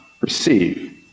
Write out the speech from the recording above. receive